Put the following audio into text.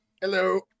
Hello